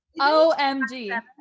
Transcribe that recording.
OMG